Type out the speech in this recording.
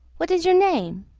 what is your name?